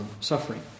suffering